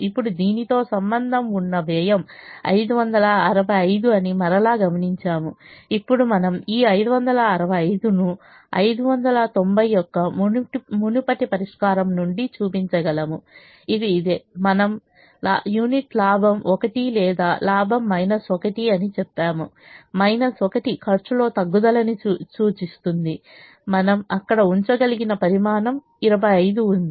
ఇప్పుడు దీనితో సంబంధం ఉన్న వ్యయం 565 అని మరలా గమనించాము ఇప్పుడు మనం ఈ 565 ను 590 యొక్క మునుపటి పరిష్కారం నుండి చూపించగలము ఇది ఇదే మనము యూనిట్ లాభం 1 లేదా లాభం 1 అని చెప్పాము 1 ఖర్చులో తగ్గుదలని సూచిస్తుంది మనము అక్కడ ఉంచగలిగిన పరిమాణం 25 ఉంది